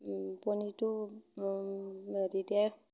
পনীৰটো হেৰিৰে